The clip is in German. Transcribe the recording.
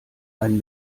ein